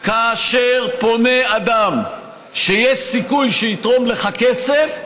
כאשר פונה אדם שיש סיכוי שיתרום לך כסף,